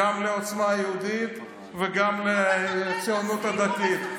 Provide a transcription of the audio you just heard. גם לעוצמה יהודית וגם לציונות הדתית.